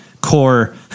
core